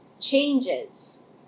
changes